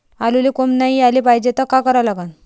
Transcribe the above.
आलूले कोंब नाई याले पायजे त का करा लागन?